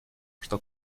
что